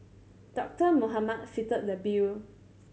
Doctor Mohamed fitted the bill